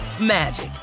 magic